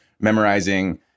memorizing